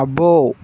అబ్బో